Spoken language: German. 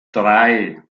drei